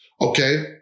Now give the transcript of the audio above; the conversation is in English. okay